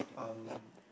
um